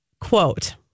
quote